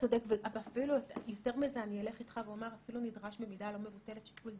שבודק ומשקיע בזה שהוא שם רופא מול רופא.